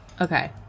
Okay